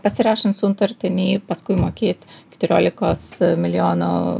pasirašant sutartį nei paskui mokėt keturiolikos milijonų